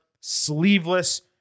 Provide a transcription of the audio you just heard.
sleeveless